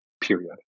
period